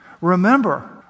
Remember